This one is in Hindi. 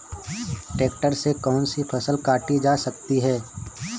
ट्रैक्टर से कौन सी फसल काटी जा सकती हैं?